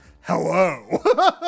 hello